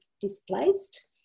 displaced